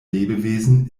lebewesen